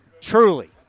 Truly